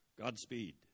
Godspeed